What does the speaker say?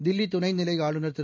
தில்லிதுணைநிலைஆளுநர் திரு